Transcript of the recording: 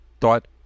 thought